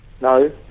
No